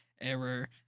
error